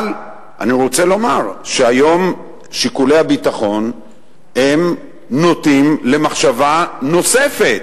אבל אני רוצה לומר שהיום שיקולי הביטחון נוטים למחשבה נוספת,